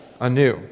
anew